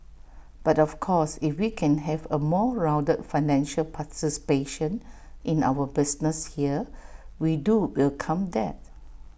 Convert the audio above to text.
but of course if we can have A more rounded financial participation in our business here we do welcome that